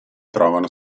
trovano